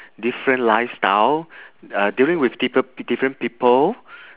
different lifestyle uh dealing with people different people